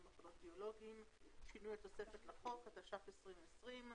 איך עובד תהליך כניסת הפתוגן לרשימה?